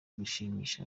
ugushimisha